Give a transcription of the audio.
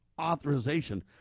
authorization